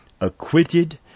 acquitted